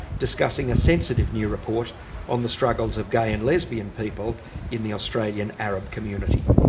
discussing a sensitive new report on the struggles of gay and lesbian people in the australian arab community,